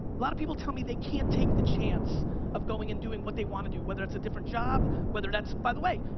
a lot of people tell me they can't take the chance of going and doing what they want to do. whether it's a different job, whether that's, by the way,